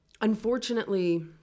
unfortunately